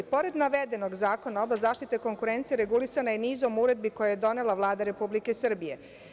Pored navedenog Zakona, oblast zaštite konkurencije regulisana je nizom uredbi koje je donela Vlada Republike Srbije.